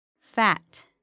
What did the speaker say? fat